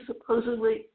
supposedly